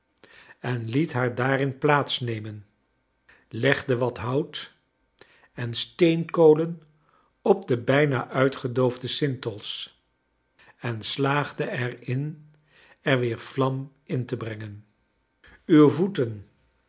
en liet haar daarin plaats nemen legde wat hout en oteenkolen op de bijna uitgedoofde sintels en slaagde er in er weer vlam in te brengen uw voeten